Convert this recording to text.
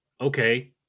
okay